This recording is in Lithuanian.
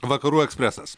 vakarų ekspresas